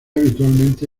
habitualmente